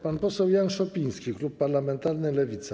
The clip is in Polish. Pan poseł Jan Szopiński, klub parlamentarny Lewica.